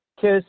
kiss